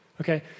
okay